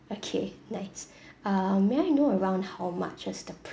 okay nice um may I know around how much is the